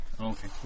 Okay